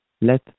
let